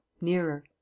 nearer